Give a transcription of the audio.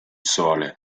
sole